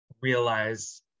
realize